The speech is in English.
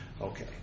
Okay